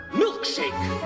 milkshake